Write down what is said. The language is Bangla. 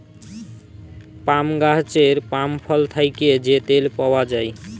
পাম গাহাচের পাম ফল থ্যাকে যে তেল পাউয়া যায়